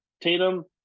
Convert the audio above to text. Tatum